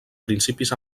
principis